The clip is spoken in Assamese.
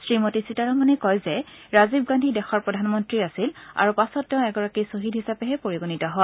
শ্ৰীমতী সীতাৰমনে কয় যে ৰাজীৱ গান্ধী দেশৰ প্ৰধানমন্ত্ৰী আছিল আৰু পাছত তেওঁ এগৰাকী ছহিদ হিচাপেহে পৰিগণিত হয়